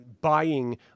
buying